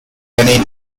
many